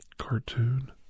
cartoon